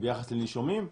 ביחס לנישומים.